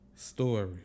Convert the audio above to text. story